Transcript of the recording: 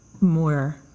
more